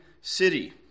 city